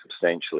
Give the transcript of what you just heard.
substantially